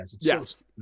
Yes